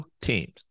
teams